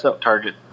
target